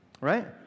right